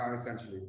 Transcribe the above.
essentially